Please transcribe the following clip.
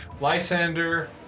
Lysander